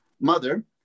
Mother